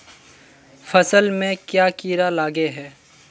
फसल में क्याँ कीड़ा लागे है?